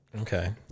okay